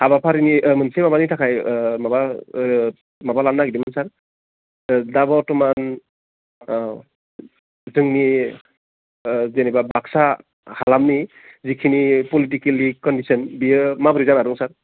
हाबाफारिनि ओह मोनसे माबानि थाखाय ओह माबा ओह माबा लानो नागिरदोंमोन सार ओह दा बरथ'मान ओह जोंनि ओह जेनेबा बाक्सा हालामनि जिखिनि पलिटिकेलि कनदिसन बेयो माबोरै जाना दं सार